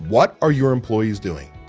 what are your employees doing?